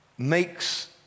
makes